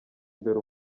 imbere